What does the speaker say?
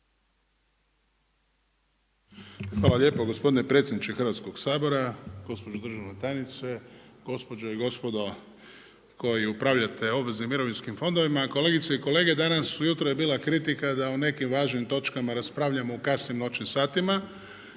Hvala lijepo gospodine predsjedniče Hrvatskog sabora. Gospođo državna tajnice, gospođe i gospodo koji upravljate obveznim mirovinskim fondovima, kolegice i kolege. Danas ujutro je bila kritika da o nekim važnim točkama raspravljamo u kasnim noćnim satima.